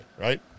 right